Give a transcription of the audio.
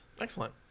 Excellent